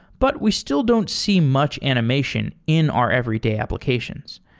but we still don't see much animation in our everyday applications.